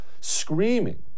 screaming